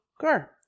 car